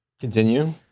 continue